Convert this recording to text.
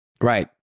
Right